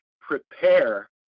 prepare